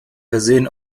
versehen